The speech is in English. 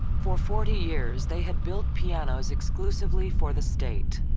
for forty years they had built pianos exclusively for the state.